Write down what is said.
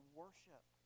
worship